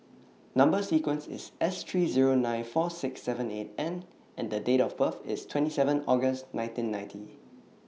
Number sequence IS S three Zero nine four six seven eight N and Date of birth IS twenty seven August nineteen ninety